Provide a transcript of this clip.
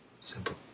Simple